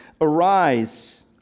Arise